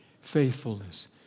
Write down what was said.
faithfulness